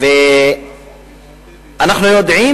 אנחנו יודעים